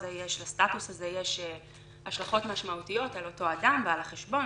לסטטוס הזה יש השלכות משמעותיות על אותו אדם ועל החשבון.